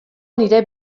nire